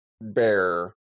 bear